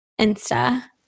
Insta